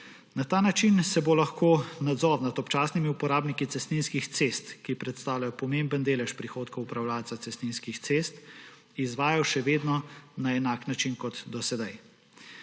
Na ta način se bo lahko nadzor nad občasnimi uporabniki cestninskih cest, ki predstavljajo pomemben delež prihodkov upravljavca cestninskih cest, izvajal še vedno na enak način kot do sedaj.